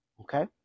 okay